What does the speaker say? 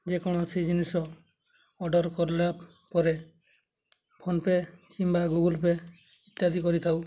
ଯେକୌଣସି ଜିନିଷ ଅର୍ଡ଼ର୍ କଲା ପରେ ଫୋନ୍ ପେ କିମ୍ବା ଗୁଗୁଲ୍ ପେ ଇତ୍ୟାଦି କରିଥାଉ